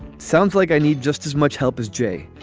sounds like i need just as much help as jay.